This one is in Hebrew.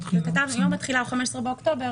יום התחילה הוא 15 באוקטובר.